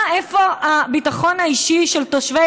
איפה הביטחון האישי של תושבי,